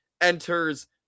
enters